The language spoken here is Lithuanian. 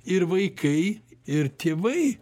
ir vaikai ir tėvai